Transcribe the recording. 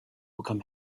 become